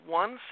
one